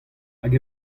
hag